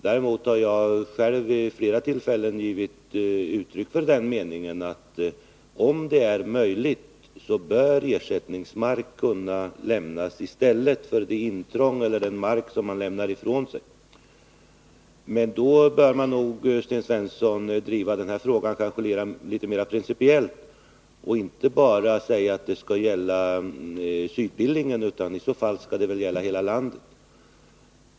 Däremot har jag själv vid flera tillfällen givit uttryck för den meningen att om det är möjligt bör ersättningsmark kunna lämnas i stället för det intrång som görs på den privata marken eller för den mark man lämnar ifrån sig. Men då bör man nog, Sten Svensson, driva den här frågan litet mer principiellt. Man kan inte bara säga att en sådan ordning skall gälla Sydbillingen, utan den skall i så fall gälla hela landet.